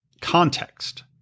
context